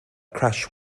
crash